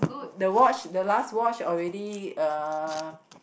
the watch the last watch already uh